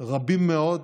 רבים מאוד,